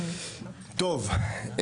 טוב,